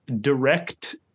direct